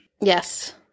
Yes